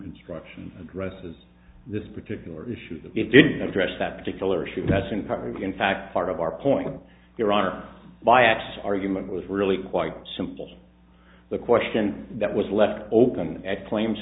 construction addresses this particular issue that it didn't address that particular issue that's in part in fact part of our point your honor by apps argument was really quite simple the question that was left open at claims